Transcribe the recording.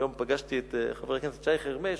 היום פגשתי את חבר הכנסת שי חרמש,